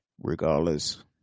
regardless